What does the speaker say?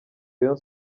rayon